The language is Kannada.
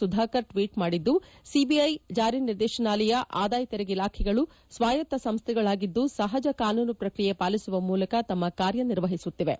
ಸುಧಾಕರ್ ಟ್ವೀಟ್ ಮಾಡಿದ್ದು ಸಿಬಿಐ ಜಾರಿ ನಿರ್ದೇಶನಾಲಯ ಆದಾಯ ತೆರಿಗೆ ಇಲಾಖೆಗಳು ಸ್ವಾಯತ್ತ ಸಂಸ್ಟೆಗಳಾಗಿದ್ದು ಸಹಜ ಕಾನೂನು ಪ್ರಕ್ರಿಯೆ ಪಾಲಿಸುವ ಮೂಲಕ ತಮ್ಮ ಕಾರ್ಯನಿರ್ವಹಿಸುತ್ತಿವೆ